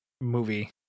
movie